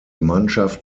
mannschaft